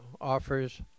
offers